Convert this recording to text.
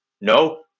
No